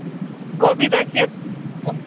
कोबी दै छियै